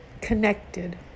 connected